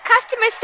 customers